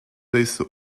these